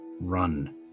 Run